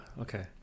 Okay